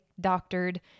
doctored